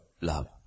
love